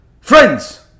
friends